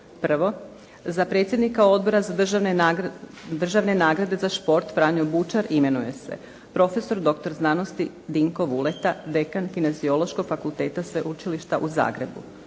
Prvo, za predsjednika Odbora za državne nagrade za šport Franjo Bučar imenuje se profesor doktor znanosti Dinko Vuleta, dekan Kineziološkog fakulteta sveučilišta u Zagrebu.